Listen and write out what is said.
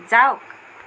যাওক